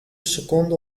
secondo